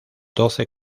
doce